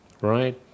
Right